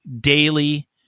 daily